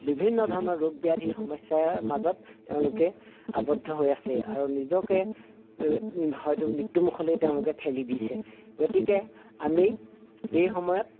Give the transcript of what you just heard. বিভিন্ন ধৰণৰ ৰোগ ব্যাধি সমস্যাৰ মাজত তেওঁলোকে আৱদ্ধ হৈ আছে আৰু নিজকে হয়তো মৃত্যুমুখলৈ তেওঁলোকে ঠেলি দিছে গতিকে আমি এই সময়ত